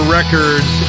Records